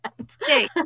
Stay